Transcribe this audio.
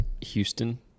Houston